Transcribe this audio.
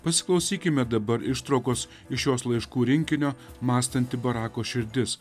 pasiklausykime dabar ištraukos iš jos laiškų rinkinio mąstanti barako širdis